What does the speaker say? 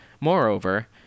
Moreover